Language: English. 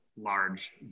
large